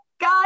God